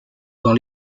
dans